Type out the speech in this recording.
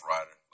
Rider